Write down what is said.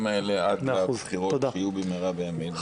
האלה עד לבחירות שיהיו במהרה בימינו.